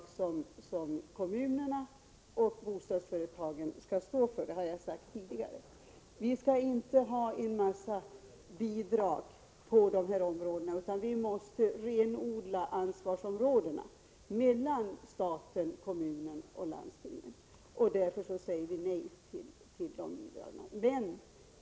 Det är faktiskt bidrag som kommunerna och bostadsföretagen skall stå för — det har jag sagt tidigare. Vi skall inte ha en massa bidrag på dessa områden, utan vi måste renodla ansvarsfördelningen mellan stat, kommun och landsting. Därför säger vi nej till de nämnda bidragen.